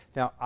Now